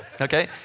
okay